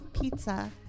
pizza